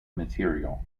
material